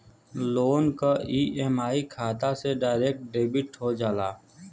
loan क EMI खाता से डायरेक्ट डेबिट हो जाला